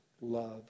love